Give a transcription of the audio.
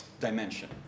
dimension